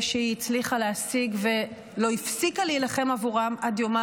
שהיא הצליחה להשיג ולא הפסיקה להילחם עבורם עד יומה